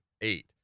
eight